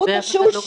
הוא תשוש,